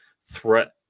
threat